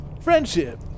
Friendship